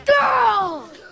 girl